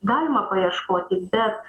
galima paieškoti bet